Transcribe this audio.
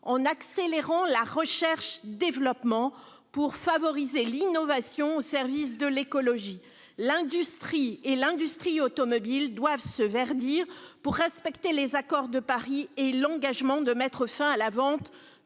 qui accélère la recherche-développement afin de favoriser l'innovation au service de l'écologie. L'industrie, particulièrement le secteur automobile, doit se verdir pour respecter l'accord de Paris et l'engagement de mettre fin à la vente